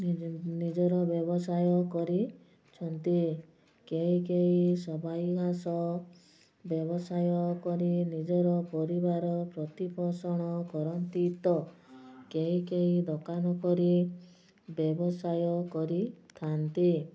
ନିଜ ନିଜର ବ୍ୟବସାୟ କରିଛନ୍ତି କେହି କେହି ସବାଇ ଘାସ ବ୍ୟବସାୟ କରି ନିଜର ପରିବାର ପ୍ରତିପୋଷଣ କରନ୍ତି ତ କେହି କେହି ଦୋକାନ କରି ବ୍ୟବସାୟ କରିଥାନ୍ତି